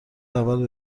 اول